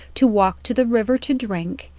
to walk to the river to drink,